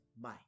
Bye